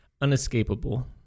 unescapable